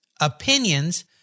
opinions